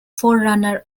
forerunner